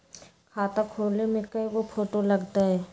खाता खोले में कइगो फ़ोटो लगतै?